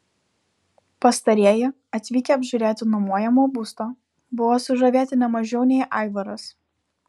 pastarieji atvykę apžiūrėti nuomojamo būsto buvo sužavėti ne mažiau nei aivaras